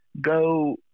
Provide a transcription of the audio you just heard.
go